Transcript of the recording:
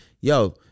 yo